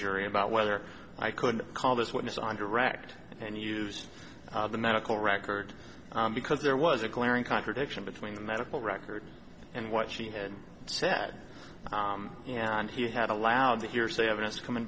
jury about whether i could call this witness on direct and use the medical record because there was a glaring contradiction between the medical records and what she had said and he had allowed the hearsay evidence com